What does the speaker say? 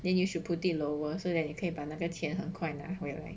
then you should put it lower so that 你可以把那个钱很快拿回来